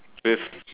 with